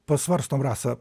pasvarstom rasa